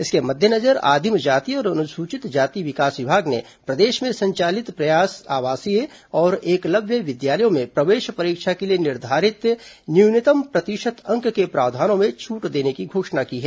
इसके मद्देनजर आदिम जाति और अनुसूचित जाति विकास विभाग ने प्रदेश में संचालित प्रयास आवासीय और एकलव्य विद्यालयों में प्रवेश परीक्षा के लिए निर्धारित न्यूनतम प्रतिशत अंक के प्रावधानों में छूट देने की घोषणा की है